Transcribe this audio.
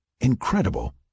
Incredible